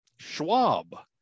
schwab